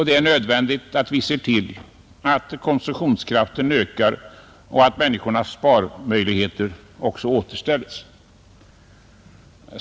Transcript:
Det är nödvändigt att vi ser till att konsumtionskraften ökar och att människornas sparmöjligheter återställs.